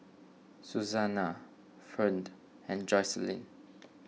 Susanna Ferne and Jocelyne